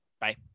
Bye